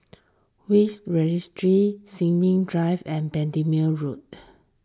Will's Registry Sin Ming Drive and Bendemeer Road